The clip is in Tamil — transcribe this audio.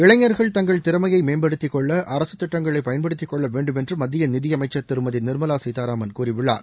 இளைஞர்கள் தங்கள் திறமையை மேம்படுத்திக்கொள்ள அரசுத் திட்டங்களை பயன்படுத்திக் கொள்ளவேண்டும் என்று மத்திய நிதியமைச்சர் திருமதி நிர்மலா சீதாராமன் கூறியுள்ளார்